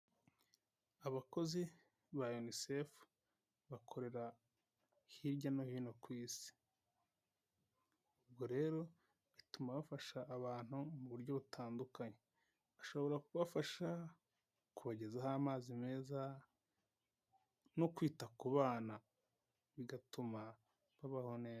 Abakozi ba unicef bakorera hirya no hino ku isi, ubwo rero bituma bafasha abantu mu buryo butandukanye, bashobora kubafasha kubagezaho amazi meza, no kwita ku bana, bigatuma babaho neza.